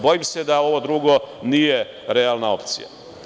Bojim se da ovo drugo nije realna opcija.